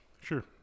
Sure